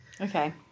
Okay